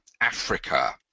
Africa